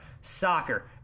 soccer